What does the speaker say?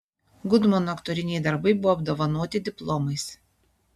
gudmono aktoriniai darbai buvo apdovanoti diplomais